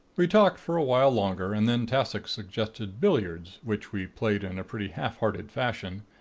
we talked for a while longer, and then tassoc suggested billiards, which we played in a pretty half-hearted fashion,